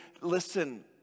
listen